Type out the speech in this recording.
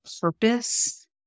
purpose